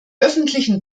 öffentlichen